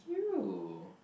you